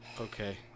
Okay